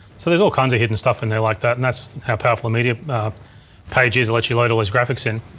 so there's all kinds of hidden stuff in there like that, and thats how powerful media page is. it lets you load all those graphics in.